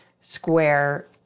square